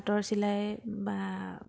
পাটৰ চিলাই বা